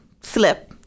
slip